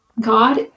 God